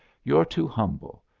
you're too humble,